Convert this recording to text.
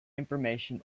information